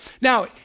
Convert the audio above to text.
Now